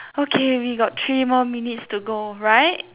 okay we got three more minutes to go right